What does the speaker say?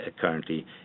currently